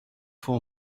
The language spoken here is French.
fois